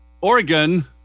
Oregon